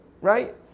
right